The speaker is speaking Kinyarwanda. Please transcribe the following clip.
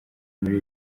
muri